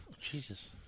Jesus